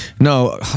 No